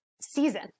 season